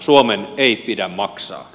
suomen ei pidä maksaa